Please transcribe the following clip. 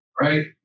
right